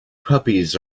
puppies